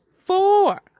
four